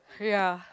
ya